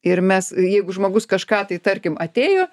ir mes jeigu žmogus kažką tai tarkim atėjo